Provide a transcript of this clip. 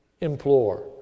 implore